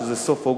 שזה סוף אוגוסט,